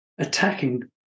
attacking